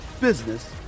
business